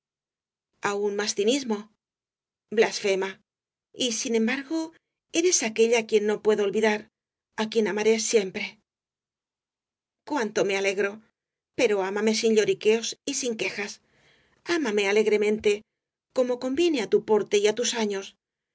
aun más cinismo blasfema y sin embargo eres aquella á quien no puedo olvidar á quien amaré siempre cuánto me alegro pero ámame sin lloriqueos y sin quejas ámame alegremente como conviene á tu el caballero de las botas azules porte y á tus años